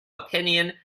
opinion